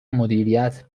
مدیریت